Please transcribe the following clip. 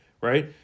right